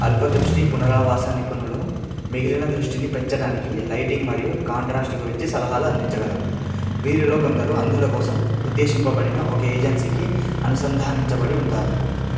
అల్ప దృష్టి పునరావాస నిపుణులు మిగిలిన దృష్టిని పెంచడానికి లైటింగ్ మరియు కాంట్రాస్ట్ గురించి సలహాలు అందించగలరు వీరిలో కొందరు అంధుల కోసం ఉద్దేశింపబడిన ఒక ఏజెన్సీకి అనుసంధానించబడి ఉంటారు